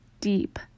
deep